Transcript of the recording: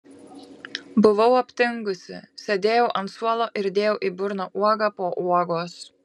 buvau aptingusi sėdėjau ant suolo ir dėjau į burną uogą po uogos